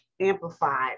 Amplified